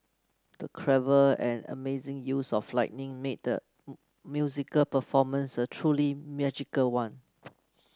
the clever and amazing use of lighting made the musical performance a truly magical one